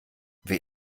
wer